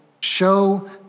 show